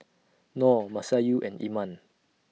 Nor Masayu and Iman